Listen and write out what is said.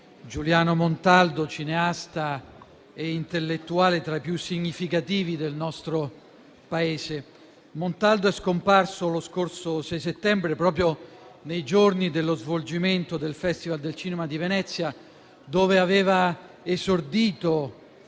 Giuliano Montaldo, cineasta e intellettuale tra i più significativi del nostro Paese. Montaldo è scomparso lo scorso 6 settembre, proprio nei giorni dello svolgimento della Mostra del Cinema di Venezia, dove aveva esordito,